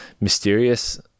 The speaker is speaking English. mysterious